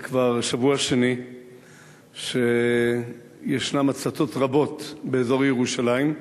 זה כבר שבוע שני שישנן הצתות רבות באזור ירושלים,